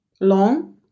long